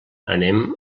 anem